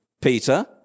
Peter